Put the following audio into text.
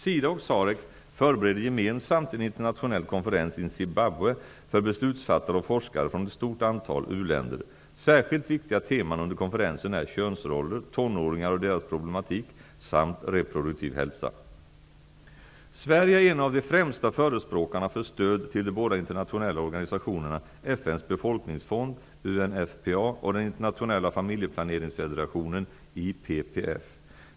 SIDA och SAREC förbereder gemensamt en internationell konferens i Zimbabwe för beslutsfattare och forskare från ett stort antal uländer. Särskilt viktiga teman under konferensen är könsroller, tonåringar och deras problematik samt reproduktiv hälsa. Sverige är en av de främsta förespråkarna för stöd till de båda internationella organisationerna FN:s befolkningsfond, UNFPA, och Internationella familjeplaneringsfederationen, IPPF.